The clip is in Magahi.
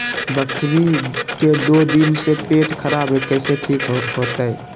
बकरी के दू दिन से पेट खराब है, कैसे ठीक होतैय?